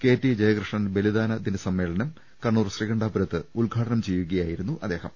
K T Jayakrishnan ബലിദാന ദിനസമ്മേ ളനം കണ്ണൂർ ശ്രീകണ്ഠ പുരത്ത് ഉദ്ഘാടനം ചെയ്യുക യായിരുന്നു അദ്ദേഹം